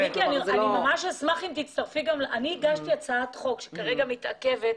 מיקי, אני הגשתי הצעת חוק שכרגע מתעכבת,